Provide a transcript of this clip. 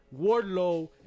Wardlow